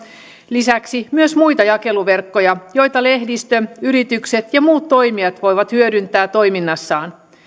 lisäksi myös muita jakeluverkkoja joita lehdistö yritykset ja muut toimijat voivat hyödyntää toiminnassaan